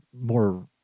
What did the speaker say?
more